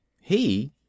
He